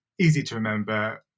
easy-to-remember